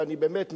ואני באמת מקווה,